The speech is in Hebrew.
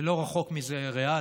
ולא רחוק מזה ריאלית,